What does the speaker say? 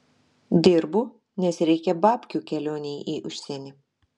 dirbu nes reikia babkių kelionei į užsienį